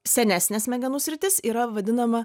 senesnė smegenų sritis yra vadinama